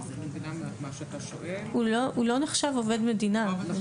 הוא לא נחשב עובד מדינה.